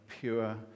pure